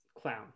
Clown